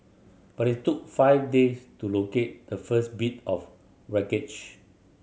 but it took five days to locate the first bit of wreckage